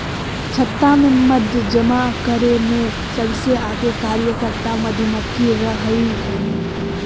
छत्ता में मध जमा करे में सबसे आगे कार्यकर्ता मधुमक्खी रहई हई